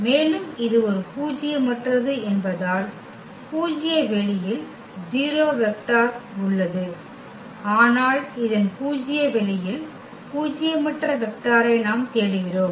மேலும் இது ஒரு பூஜ்யமற்றது என்பதால் பூஜ்ய வெளியில் 0 வெக்டர் உள்ளது ஆனால் இதன் பூஜ்ய வெளியில் பூஜ்யமற்ற வெக்டாரை நாம் தேடுகிறோம்